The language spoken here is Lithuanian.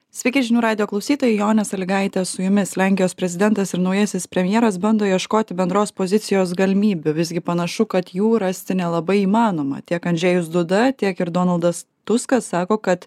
sveiki žinių radijo klausytojai jonė salygaitė su jumis lenkijos prezidentas ir naujasis premjeras bando ieškoti bendros pozicijos galimybių visgi panašu kad jų rasti nelabai įmanoma tiek andžejus duda tiek ir donaldas tuskas sako kad